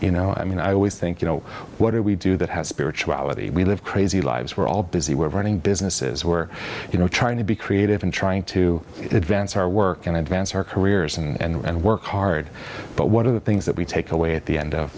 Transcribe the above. you know i mean i always think you know what do we do that has spirituality we live crazy lives we're all busy we're running businesses we're you know trying to be creative and trying to advance our work and advance her career and work hard but what are the things that we take away at the end of